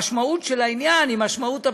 והמשמעות של העניין היא משמעות אבסורדית.